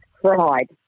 cried